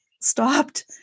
stopped